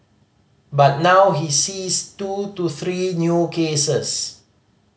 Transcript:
but now he sees two to three new cases